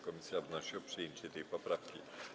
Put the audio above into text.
Komisja wnosi o przyjęcie tej poprawki.